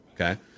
Okay